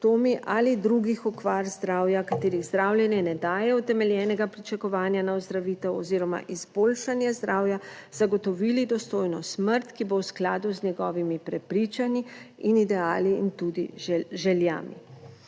ali drugih okvar zdravja, katerih zdravljenje ne daje utemeljenega pričakovanja na ozdravitev oziroma izboljšanje zdravja, zagotovili dostojno smrt, ki bo v skladu z njegovimi prepričanji in ideali in tudi željami.